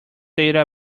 data